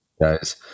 guys